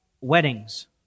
weddings